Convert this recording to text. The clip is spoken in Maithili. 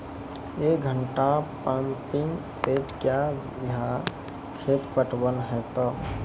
एक घंटा पंपिंग सेट क्या बीघा खेत पटवन है तो?